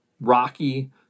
rocky